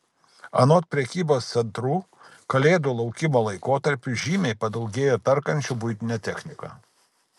anot prekybos centrų kalėdų laukimo laikotarpiu žymiai padaugėjo perkančių buitinę techniką